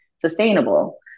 sustainable